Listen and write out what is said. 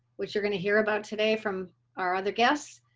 which you're going to hear about today from our other guests.